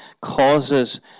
causes